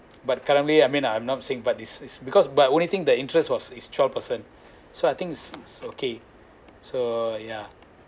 but currently I mean I'm not saying but this is because but only thing the interests was is twelve percent so I think it's okay so yeah